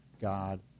God